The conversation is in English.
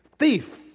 thief